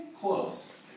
close